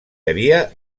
havia